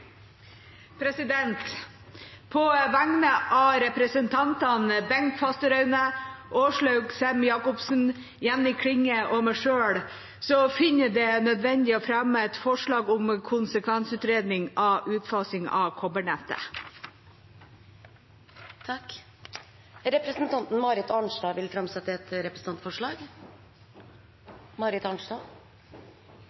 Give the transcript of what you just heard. representantforslag. På vegne av representantene Bengt Fasteraune, Åslaug Sem-Jacobsen, Jenny Klinge og meg selv finner jeg det nødvendig å fremme et forslag om konsekvensutredning av utfasing av kobbernettet. Representanten Marit Arnstad vil framsette et representantforslag.